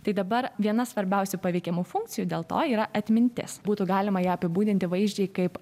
tai dabar viena svarbiausių paveikiamų funkcijų dėl to yra atmintis būtų galima ją apibūdinti vaizdžiai kaip